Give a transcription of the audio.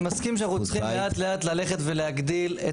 אני מסכים שאנחנו צריכים לאט לאט להגדיל את